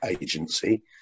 Agency